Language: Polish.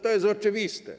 To jest oczywiste.